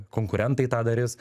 konkurentai tą darys